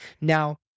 Now